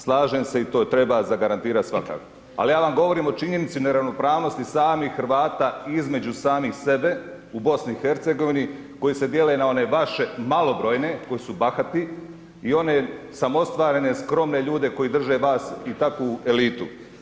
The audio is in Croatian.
Slažem se i to treba zagarantirat svakako, al' ja vam govorim o činjenici neravnopravnosti samih Hrvata između samih sebe u Bosni i Hercegovini koji se dijele na one vaše malobrojne, koji su bahati i one samoostvarene, skromne ljude koji drže vas i takvu elitu.